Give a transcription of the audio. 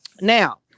Now